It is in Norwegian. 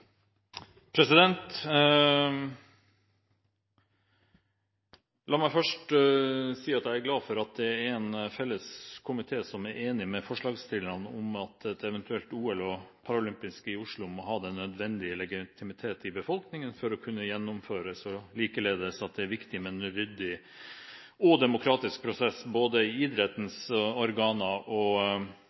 glad for at det er en felles komité som er enig med forslagsstillerne i at et eventuelt OL og Paralympics i Oslo må ha den nødvendige legitimitet i befolkningen for å kunne gjennomføres, og likeledes at det er viktig med en ryddig og demokratisk prosess både i idrettens organer og